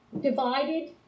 divided